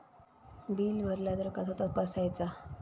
Bill भरला तर कसा तपसायचा?